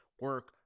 Work